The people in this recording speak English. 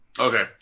Okay